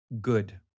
good